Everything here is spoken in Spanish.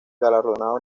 galardonado